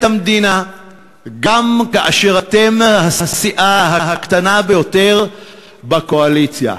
המדינה גם כאשר אתם הסיעה הקטנה ביותר בקואליציה.